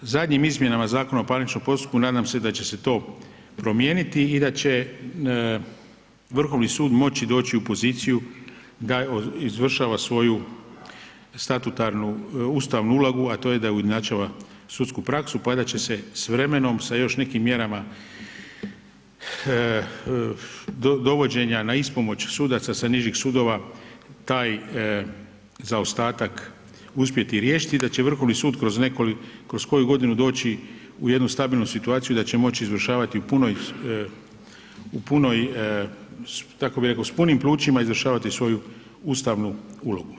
Zadnjim izmjenama Zakona o parničnom postupku nadam se da će se to promijeniti i da će Vrhovni sud moći doći u poziciju da izvršava svoju statutarnu ustavnu ulogu, a to da ujednačava sudsku praksu, pa da će se s vremenom sa još nekim mjerama dovođenja na ispomoć sudaca sa nižih sudova taj zaostatak uspjeti riješiti i da će Vrhovni sud kroz nekoliko, kroz koju godinu doći u jednu stabilnu situaciju i da će moći izvršavati u punoj, kako bih rekao, s punim plućima izvršavati svoju ustavnu ulogu.